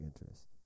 interest